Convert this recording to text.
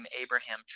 Abraham